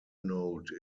note